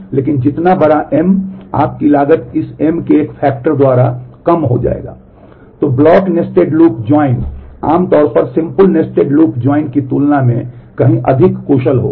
तो block nested loop join की तुलना में कहीं अधिक कुशल होगा